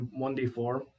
1d4